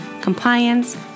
compliance